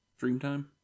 Dreamtime